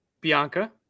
Bianca